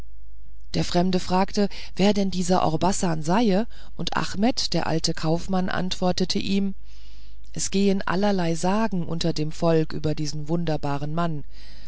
der fremde fragte wer denn dieser orbasan seie und achmet der alte kaufmann antwortete ihm es gehen allerlei sagen unter dem volk über diesen wunderbaren mann